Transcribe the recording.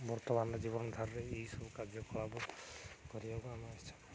ବର୍ତ୍ତମାନ ଜୀବନଧାରାରେ ଏହିସବୁ କାର୍ଯ୍ୟକଳାପ କରିବାକୁ ଆମ ଇଚ୍ଛା